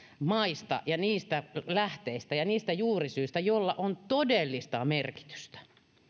maista ja niistä lähteistä ja niistä juurisyistä joilla on todellista merkitystä